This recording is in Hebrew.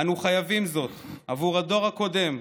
אנו חייבים זאת עבור הדור הקודם,